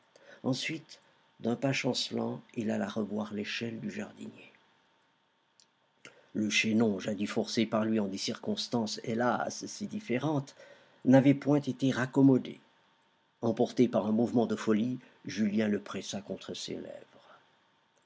ensuite d'un pas chancelant il alla revoir l'échelle du jardinier le chaînon jadis forcé par lui en des circonstances hélas si différentes n'avait point été raccommodé emporté par un mouvement de folie julien le pressa contre ses lèvres